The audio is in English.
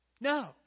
no